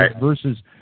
versus